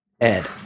Ed